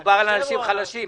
מדובר על אנשים חלשים.